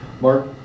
Mark